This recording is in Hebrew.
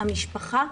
משפחה,